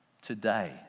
Today